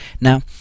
Now